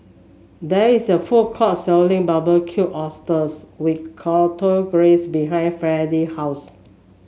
there is a food court selling Barbecued Oysters with Chipotle Glaze behind Freddie house